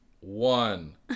one